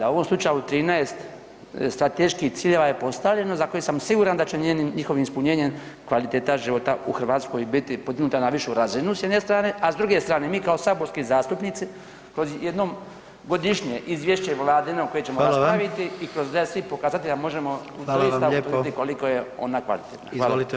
U ovom slučaju 13 strateških ciljeva je postavljeno za koje sam siguran da će njihovim ispunjenjem kvaliteta života u Hrvatskoj biti podignuta na višu razinu s jedne strane, a s druge strane mi kao saborski zastupnici kroz jednom godišnje izvješće Vladino koje ćemo dostaviti [[Upadica: Hvala vam.]] i kroz …/nerazumljivo/… svih pokazatelja možemo utvrditi koliko je ona kvalitetna [[Upadica: Izvolite odgovor.]] Hvala.